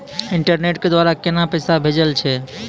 Internet के द्वारा केना पैसा भेजय छै?